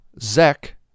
Zek